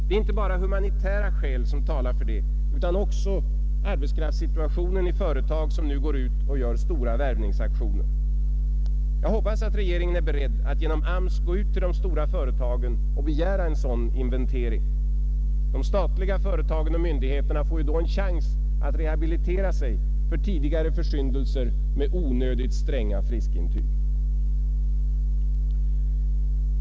Det är inte bara humanitära skäl som talar för det utan också arbetskraftssituationen i företag som nu går ut och gör stora värvningsaktioner. Jag hoppas att regeringen är beredd att genom AMS gå ut till de stora företagen och begära en sådan inventering. De statliga företagen och myndigheterna får ju då en chans att rehabilitera sig för tidigare försyndelser med onödigt stränga krav på friskintyg.